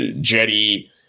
Jetty